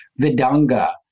vidanga